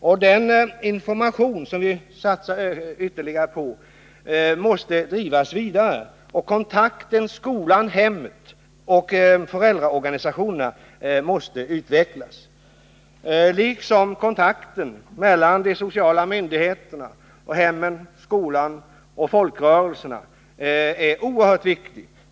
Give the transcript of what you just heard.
Den ytterligare informationsverksamhet som vi satsar på måste drivas vidare, och kontakten mellan skolan, hemmen och föräldraorganisationerna måste utvecklas. På samma sätt är kontakten mellan de sociala myndigheterna och hemmen, skolan och folkrörelserna oerhört viktig.